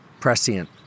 Prescient